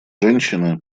женщины